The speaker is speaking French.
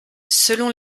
selon